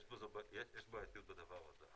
יש בעייתיות בדבר הזה.